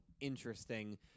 interesting